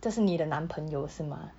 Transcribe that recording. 这是你的男朋友是吗